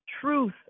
truth